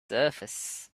surface